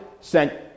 sent